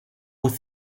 what